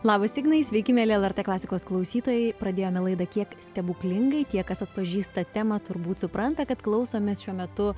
labas ignai sveiki mieli lrt klasikos klausytojai pradėjome laidą kiek stebuklingai tie kas atpažįsta temą turbūt supranta kad klausomės šiuo metu